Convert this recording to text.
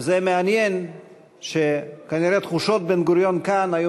וזה מעניין שכנראה תחושות בן-גוריון כאן היו